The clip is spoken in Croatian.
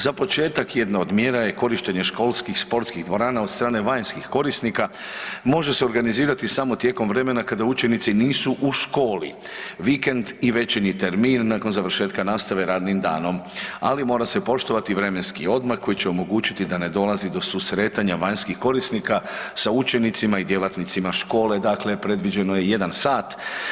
Za početak, jedna od mjera je korištenje školskih-sportskih dvorana od strane vanjskih korisnika, može se organizirati samo tijekom vremena kada učenici nisu u školi, vikend i večernji termini nakon završetka nastave radnim danom ali mora se poštovati vremenski odmak koji će omogućiti da ne dolazi do susretana vanjskih korisnika sa učenicima i djelatnicima škole, dakle predviđeno je jedan sat.